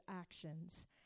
actions